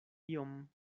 iom